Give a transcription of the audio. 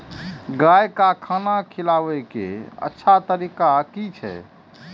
गाय का खाना खिलाबे के अच्छा तरीका की छे?